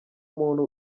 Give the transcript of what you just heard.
muntu